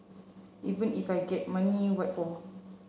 even if we get money what for